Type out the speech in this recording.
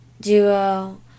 duo